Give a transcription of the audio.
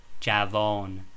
javon